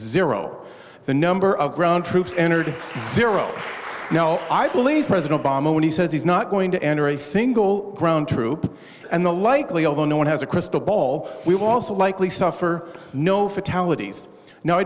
zero the number of ground troops entered zero now i believe president obama when he says he's not going to enter a single ground troop and the likely although no one has a crystal ball we will also likely suffer no fatalities no i